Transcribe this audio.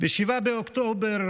ב-7 באוקטובר